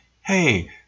Hey